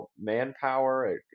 manpower